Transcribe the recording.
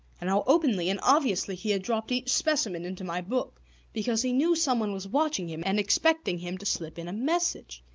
and how openly and obviously he had dropped each specimen into my book because he knew someone was watching him and expecting him to slip in a message.